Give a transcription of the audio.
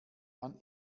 wann